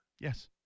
Yes